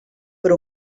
per